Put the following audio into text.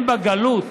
הם, בגלות,